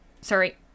Sorry